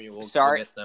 sorry